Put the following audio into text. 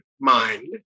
mind